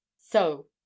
So